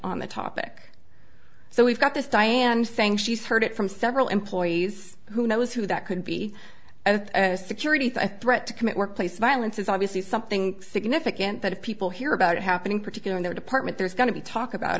on the topic so we've got this diane saying she's heard it from several employees who knows who that could be a security threat to commit workplace violence is obviously something significant that if people hear about it happen in particular in their department there's going to be talk about